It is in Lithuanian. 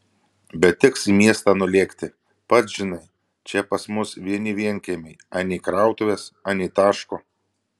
bet teks į miestą nulėkti pats žinai čia pas mus vieni vienkiemiai anei krautuvės anei taško